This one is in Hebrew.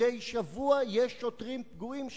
מדי שבוע יש שם שוטרים פגועים,